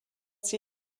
sie